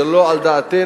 זה לא על דעתנו,